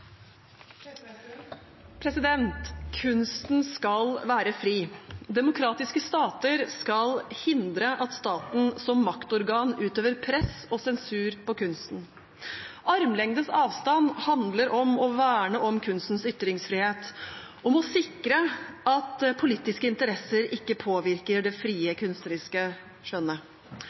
Kunsten skal være fri, «demokratiske statar» skal «hindre at staten som maktorgan utøver press» og sensur av kunsten, «armlengds avstand» handler om å verne om kunstens ytringsfrihet, om å sikre at politiske interesser ikke påvirker det frie, kunstneriske skjønnet.